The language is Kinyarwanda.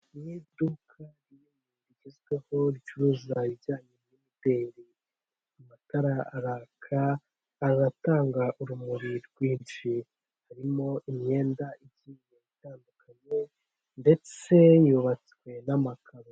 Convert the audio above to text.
M’ iduka rigezweho ricuruza ibijyanye na hoteri amatara araka azatanga urumuri rwinshi, harimo imyenda ikize itandukanye ndetse y’ubatswe n'amakaro.